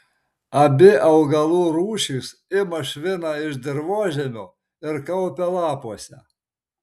abi augalų rūšys ima šviną iš dirvožemio ir kaupia lapuose